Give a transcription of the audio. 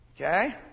Okay